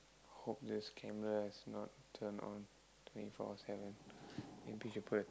hope this camera is not turned on twenty four seven